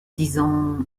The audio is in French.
disant